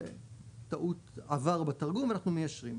זו טעות עבר בתרגום ואנחנו מיישרים אותה.